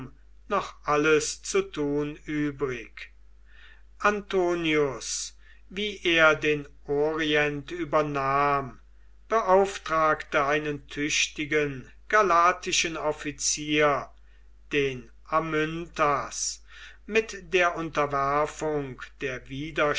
noch alles zu tun übrig antonius wie er den orient übernahm beauftragte einen tüchtigen galatischen offizier den amyntas mit der unterwerfung der